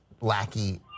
lackey